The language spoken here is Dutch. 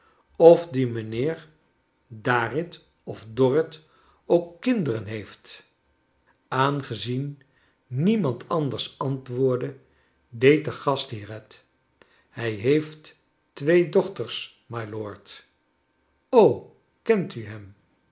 of die mijnheer darrit of dorrit ook kinderen heeft aangezien niemand anders antwoordde deed de gastheer het hr heeft twee dochters mylord kent u hem